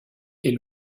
est